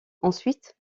ensuite